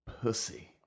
Pussy